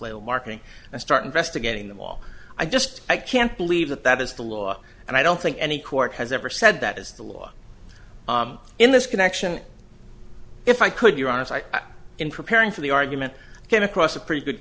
label marketing and start investigating them all i just i can't believe that that is the law and i don't think any court has ever said that is the law in this connection if i could be honest i am preparing for the argument came across a pretty good